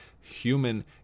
human